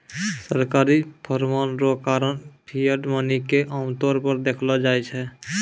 सरकारी फरमान रो कारण फिएट मनी के आमतौर पर देखलो जाय छै